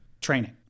training